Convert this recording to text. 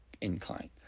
incline